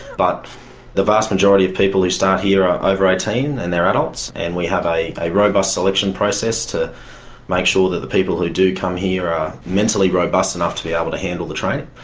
but the vast majority of people who start here are over eighteen and they are adults and we have a robust selection process to make sure that the people who do come here are mentally robust enough to be able to handle the training.